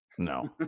No